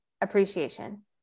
appreciation